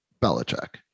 Belichick